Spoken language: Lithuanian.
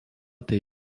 tai